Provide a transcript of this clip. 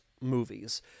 movies